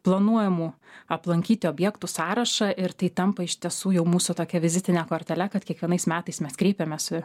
planuojamų aplankyti objektų sąrašą ir tai tampa iš tiesų jau mūsų tokia vizitine kortele kad kiekvienais metais mes kreipiamės į